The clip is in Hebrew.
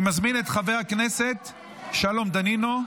אני מזמין את חבר הכנסת שלום דנינו,